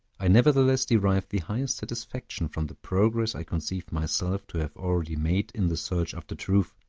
i nevertheless derive the highest satisfaction from the progress i conceive myself to have already made in the search after truth,